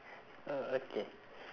oh okay